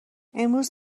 امروز